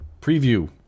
Preview